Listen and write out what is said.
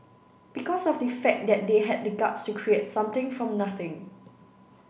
because of the fact that they had the guts to create something from nothing